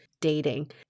dating